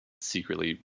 secretly